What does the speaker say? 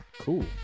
Cool